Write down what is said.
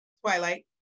twilight